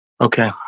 Okay